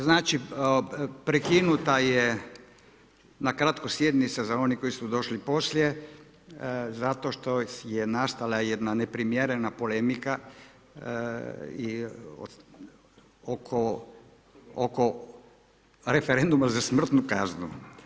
Znači prekinuta je na kratko sjednica za one koji su došli poslije zato što je nastala jedna neprimjerena polemika oko referenduma za smrtnu kaznu.